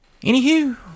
Anywho